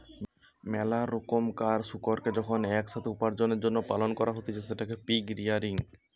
মেলা রোকমকার শুকুরকে যখন এক সাথে উপার্জনের জন্য পালন করা হতিছে সেটকে পিগ রেয়ারিং বলে